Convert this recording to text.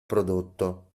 prodotto